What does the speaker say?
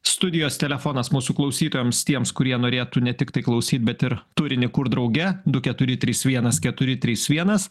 studijos telefonas mūsų klausytojams tiems kurie norėtų ne tiktai klausyt bet ir turinį kurt drauge du keturi trys vienas keturi trys vienas